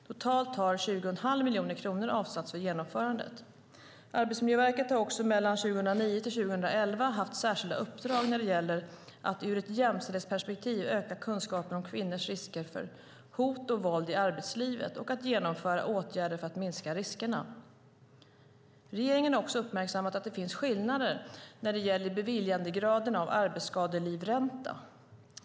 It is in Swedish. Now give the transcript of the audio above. Totalt har 20,5 miljoner kronor avsatts för genomförandet. Arbetsmiljöverket har också åren 2009-2011 haft särskilda uppdrag när det gäller att ur ett jämställdhetsperspektiv öka kunskapen om kvinnors risker för hot och våld i arbetslivet och att genomföra åtgärder för att minska riskerna. Regeringen har uppmärksammat att det finns skillnader när det gäller beviljandegraden av arbetsskadelivränta.